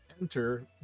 enter